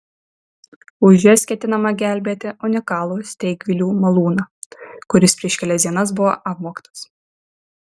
už jas ketinama gelbėti unikalų steigvilių malūną kuris prieš kelias dienas buvo apvogtas